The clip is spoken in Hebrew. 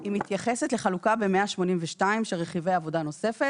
היא מתייחסת לחלוקה ב-182 של רכיבי עבודה נוספת